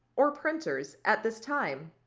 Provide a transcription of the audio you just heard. or printers at this time.